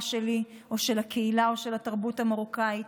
שלי או של הקהילה או של התרבות המרוקאית,